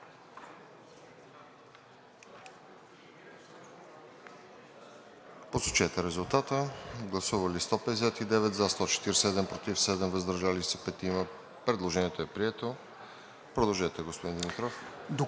Продължете, господин Димитров.